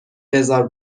بزار